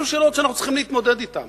אלו שאלות שאנחנו צריכים להתמודד אתן.